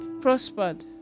prospered